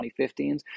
2015s